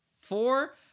Four